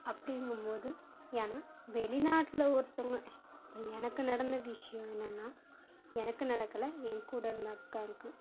அப்படிங்கும்போது ஏன்னா வெளிநாட்டில ஒருத்தவங்கள் எனக்கு நடந்த விஷயம் என்னென்னா எனக்கு நடக்கலை எங்கூட இருந்த அக்காவுக்கு